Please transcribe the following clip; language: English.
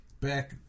back